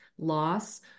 loss